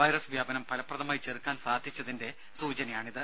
virus വ്യാപനം ഫലപ്രദമായി ചെറുക്കാൻ സാധിച്ചതിന്റെ സൂചനയാണിത്